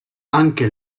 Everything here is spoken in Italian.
anche